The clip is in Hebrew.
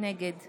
נגד